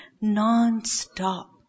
non-stop